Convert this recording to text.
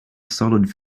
solid